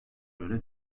göre